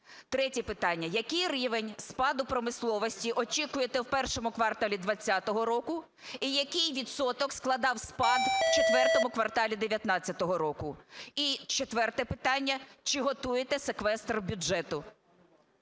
Третє питання. Який рівень спаду промисловості очікуєте в першому кварталі 20-го року і який відсоток складав спад в четвертому кварталі 19-го року? І четверте питання. Чи готуєте секвестр бюджету?